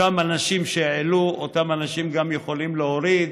אותם אנשים שהעלו, אותם אנשים יכולים גם להוריד.